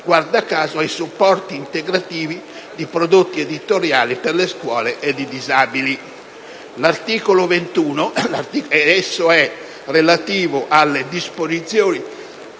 guarda caso, ai supporti integrativi di prodotti editoriali per le scuole e i disabili. L'articolo 21, relativo alle disposizioni